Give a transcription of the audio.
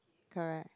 correct